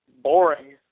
Boring